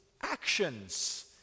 actions